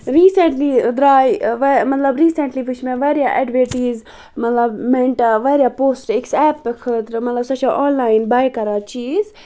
recently دراے مطلب recently وُچھ مےٚ واریاہ ایڈوَٹیٖز مطلب واریاہ پوسٹ أکِس ایپہٕ خٲطرٕ مطلب سۄ چھےٚ آن لاین باے کران چیٖز